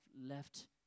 left